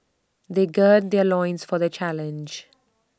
they gird their loins for the challenge